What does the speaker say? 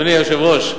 אדוני היושב-ראש,